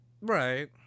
Right